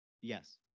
Yes